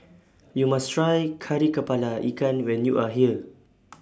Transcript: YOU must Try Kari Kepala Ikan when YOU Are here